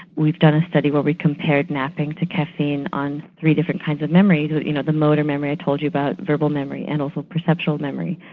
we've done a study where we've compared napping to caffeine on three different kinds of memory but you know the motor memory i told you about, verbal memory and also perceptual memory,